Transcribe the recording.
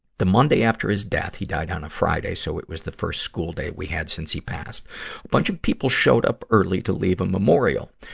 the monday after his death he died on a friday, so it was the first school day we had since he passed a bunch of people showed up early to leave a memorial.